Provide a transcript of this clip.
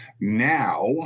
Now